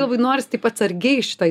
labai noris taip atsargiai šitoj